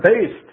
based